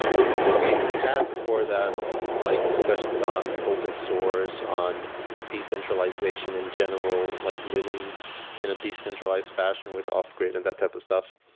typically, we we had before that like discussions on open-source, on decentralization in general, like living in a decentralized fashion with off-grid and that type of stuff.